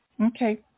Okay